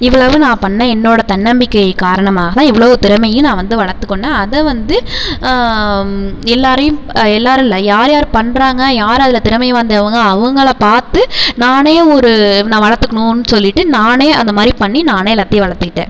இவ்வளவு நான் பண்ணேன் என்னோடய தன்னம்பிக்கை காரணமாக இவ்வளோ திறமையும் நான் வந்து வளர்த்துக் கொண்டேன் அதை வந்து எல்லாரையும் எல்லாரும் இல்லை யார் யார் பண்ணுறாங்க யார் அதில் திறமை வாய்ந்தவங்கள் அவங்கள பார்த்து நானே ஒரு நான் வளர்த்துக்குணுன்னு சொல்லிட்டு நானே அந்த மாரி பண்ணி நானே எல்லாத்தையும் வளர்த்துக்கிட்டேன்